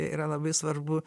yra labai svarbu